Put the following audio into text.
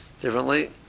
differently